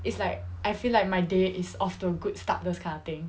it's like I feel like my day is off to a good start those kind of thing